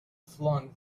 flung